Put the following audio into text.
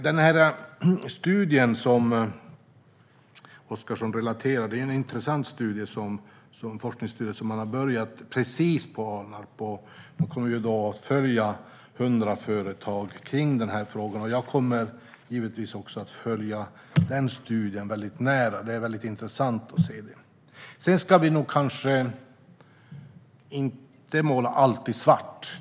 Den forskningsstudie som Oscarsson refererar till är intressant och har precis påbörjats på Alnarp. Man kommer att följa 100 företag i denna fråga. Jag kommer givetvis att följa denna studie noga. Vi ska kanske inte måla allt i svart.